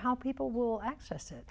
how people will access it